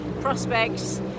prospects